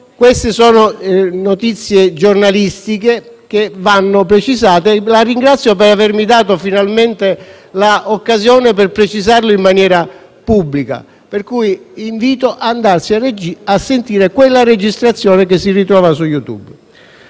è una notizia giornalistica che va precisata. La ringrazio per avermi dato finalmente l'occasione per farlo pubblicamente. Vi invito ad andare a sentire quella registrazione che si trova su YouTube.